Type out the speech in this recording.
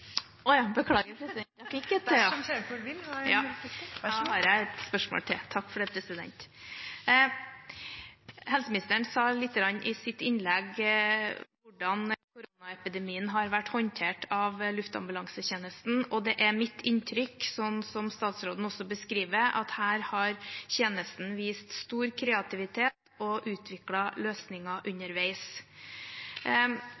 Helseministeren sa i sitt innlegg litt om hvordan koronaepidemien har vært håndtert av Luftambulansetjenesten. Det er mitt inntrykk, som også statsråden beskriver det, at her har tjenesten vist stor kreativitet og utviklet løsninger